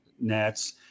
Nets